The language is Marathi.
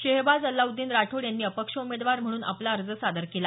शेहबाज अलाउद्दीन राठोड यांनी अपक्ष उमेदवार म्हणून आपला अर्ज सादर केला